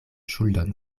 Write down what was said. ŝuldon